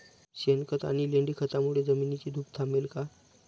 शेणखत आणि लेंडी खतांमुळे जमिनीची धूप थांबेल का?